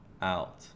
out